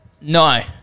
No